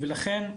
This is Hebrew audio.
ולכן,